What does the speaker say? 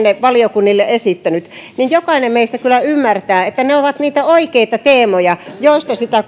valiokunnille esittänyt jokainen meistä kyllä ymmärtää että ne ovat niitä oikeita teemoja joista sitä